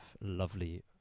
lovely